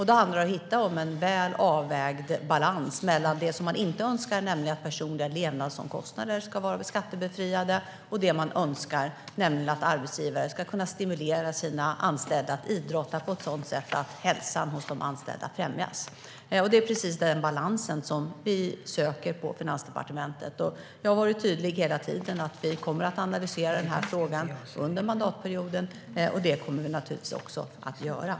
Det handlar om att hitta en väl avvägd balans mellan det man inte önskar, nämligen att personliga levnadsomkostnader ska vara skattebefriade, och det man önskar, nämligen att arbetsgivare ska kunna stimulera sina anställda att idrotta på ett sådant sätt att hälsan hos de anställda främjas. Det är precis denna balans vi söker på Finansdepartementet. Jag har hela tiden varit tydlig med att vi kommer att analysera frågan under mandatperioden, och det kommer vi naturligtvis också att göra.